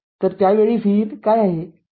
तरत्यावेळी Vin काय आहे